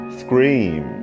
scream